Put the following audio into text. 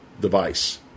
device